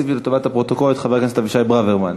אני מוסיף לטובת הפרוטוקול את חבר הכנסת אבישי ברוורמן.